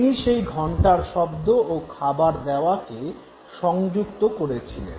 তিনি সেই ঘণ্টার শব্দ ও খাবার দেওয়াকে সংযুক্ত করেছিলেন